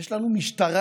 יש לנו משטרה,